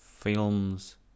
films